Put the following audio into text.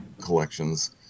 collections